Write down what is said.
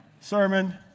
sermon